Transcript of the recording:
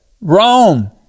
Rome